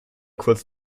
kurz